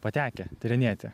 patekę tyrinėti